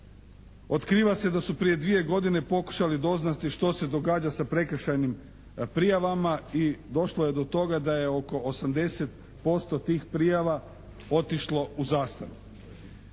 Otkriva se da su prije dvije godine pokušali doznati što se događa sa prekršajnim prijavama i došlo je do toga da je oko 80% tih prijava otišlo u zastaru.